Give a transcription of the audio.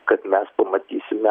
kad mes pamatysime